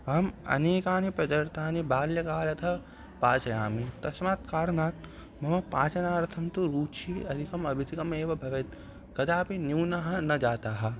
अहम् अनेकानि पदर्थानि बाल्यकालतः पाचयामि तस्मात् कारणात् मम पाचनार्थं तु रुचिः अधिकम् अधिकमेव भवेत् कदापि न्यूना न जाता